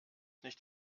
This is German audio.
nicht